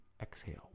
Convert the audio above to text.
Exhale